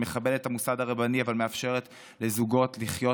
שמכבדת את המוסד הרבני אבל מאפשרת לזוגות לחיות